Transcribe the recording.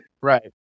Right